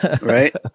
right